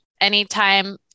anytime